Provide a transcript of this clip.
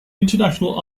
international